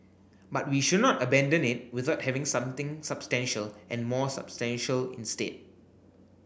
but we should not abandon it without having something substantial and more substantial instead